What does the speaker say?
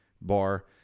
bar